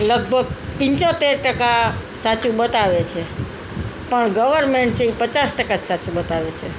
લગભગ પંચોતર ટકા સાચું બતાવે છે પણ ગવર્મેન્ટ છે એ પચાસ ટકા જ સાચું બતાવે છે